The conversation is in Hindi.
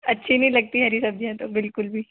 अच्छी नहीं लगती हरी सब्जियां तो बिल्कुल भी